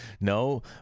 No